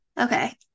Okay